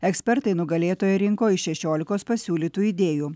ekspertai nugalėtoją rinko iš šešiolikos pasiūlytų idėjų